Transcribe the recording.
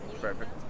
perfect